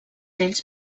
ells